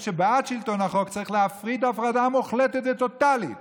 מי שבעד שלטון החוק צריך להפריד הפרדה מוחלטת וטוטלית